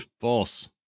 False